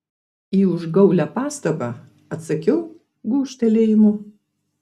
į užgaulią pastabą atsakiau gūžtelėjimu